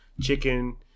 chicken